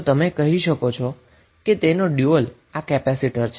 તો તમે કહી શકો છો કે તેનુ ડયુઅલ આ કેપેસિટર છે